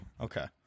Okay